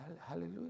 Hallelujah